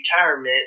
retirement